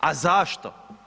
A zašto?